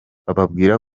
bababwira